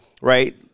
right